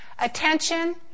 attention